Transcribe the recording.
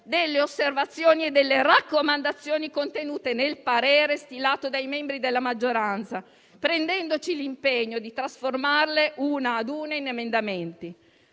delle osservazioni e delle raccomandazioni contenute nel parere stilato dai membri della maggioranza, prendendoci l'impegno di trasformarle una ad una in emendamenti.